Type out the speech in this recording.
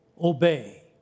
Obey